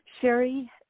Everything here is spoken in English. Sherry